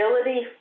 ability